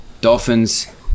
Dolphins